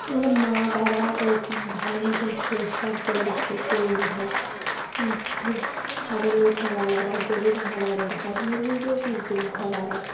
আমার মা বাবাও ভালো মতন পরিষ্কার করে রাখে গরুর ঘর যে ছাগলের ঘর আলাদা গরুর ঘর আলাদা হাঁস মুরগির ঘর আলাদা